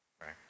right